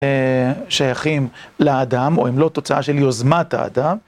שייכים לאדם, או אם לא, תוצאה של יוזמת האדם.